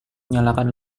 nyalakan